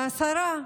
לשרה,